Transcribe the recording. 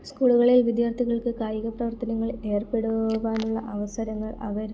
സ്കൂളുകളിൽ വിദ്യാർത്ഥികൾക്ക് കായിക പ്രവർത്തനങ്ങളിൽ ഏർപ്പെടുവാനുള്ള അവസരങ്ങൾ അവർ